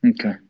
Okay